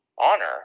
honor